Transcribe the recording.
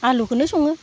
आलुखौनो सङो